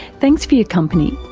thanks for your company,